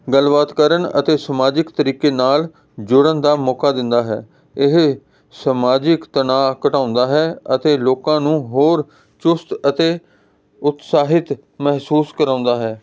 ਗੱਲਬਾਤ ਕਰਨ ਅਤੇ ਸਮਾਜਿਕ ਤਰੀਕੇ ਨਾਲ ਜੁੜਨ ਦਾ ਮੌਕਾ ਦਿੰਦਾ ਹੈ ਇਹ ਸਮਾਜਿਕ ਤਨਾਅ ਘਟਾਉਂਦਾ ਹੈ ਅਤੇ ਲੋਕਾਂ ਨੂੰ ਹੋਰ ਚੁਸਤ ਅਤੇ ਉਤਸਾਹਿਤ ਮਹਿਸੂਸ ਕਰਾਉਂਦਾ ਹੈ